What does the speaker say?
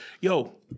yo